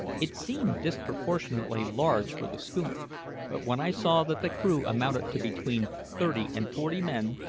it seemed disproportionately large for the schooner but when i saw that the crew amounted to between thirty and forty men,